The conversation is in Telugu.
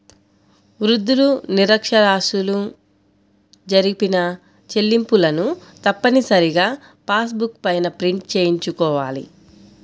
వృద్ధులు, నిరక్ష్యరాస్యులు జరిపిన చెల్లింపులను తప్పనిసరిగా పాస్ బుక్ పైన ప్రింట్ చేయించుకోవాలి